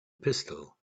pistol